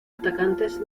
atacantes